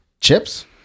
chips